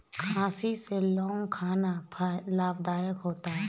खांसी में लौंग खाना लाभदायक होता है